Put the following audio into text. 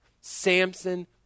Samson